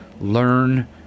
learn